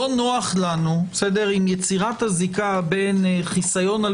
לא נוח לנו עם יצירת הזיקה בין חיסיון על